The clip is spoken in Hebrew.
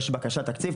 יש בקשת תקציב,